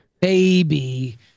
baby